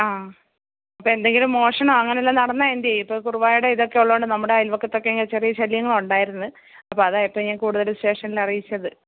ആ ഇപ്പോള് എന്തെങ്കിലും മോഷണമോ അങ്ങനെ വല്ലോം നടന്ന എന്തേയ്യും ഇപ്പോള് കുറുവയുടെ ഇതൊക്കെ ഉള്ളോണ്ട് നമ്മുടെ അയൽവക്കത്തൊക്കെ ഇങ്ങനെ ചെറിയ ശല്യങ്ങളുണ്ടായിരുന്നു അപ്പോള് അതാ ഇപ്പോള് ഞാൻ കൂടുതലും സ്റ്റേഷനിൽ അറിയിച്ചത്